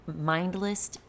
mindless